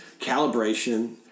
calibration